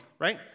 right